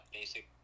basic